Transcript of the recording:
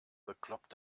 bekloppt